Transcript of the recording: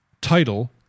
title